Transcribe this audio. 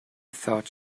thought